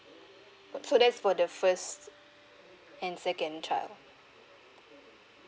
so that's for the first and second child